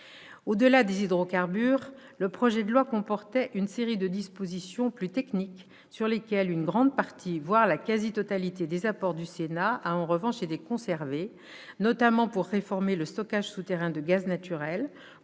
Au-delà des hydrocarbures, le projet de loi comportait une série de dispositions plus techniques sur lesquelles une grande partie, voire la quasi-totalité, des apports du Sénat a en revanche été conservée, notamment pour réformer le stockage souterrain de gaz naturel,